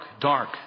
dark